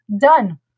Done